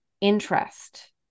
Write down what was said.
interest